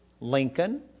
Lincoln